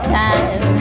time